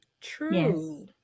True